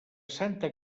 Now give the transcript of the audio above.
santa